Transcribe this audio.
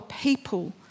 people